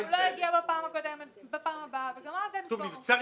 הוא לא יגיע בפעם הבאה וגם אז לא יהיה קוורום.